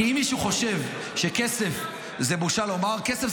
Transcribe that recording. כי אם מישהו חושב שבושה לומר כסף,